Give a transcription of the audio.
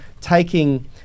taking